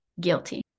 guilty